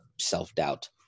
self-doubt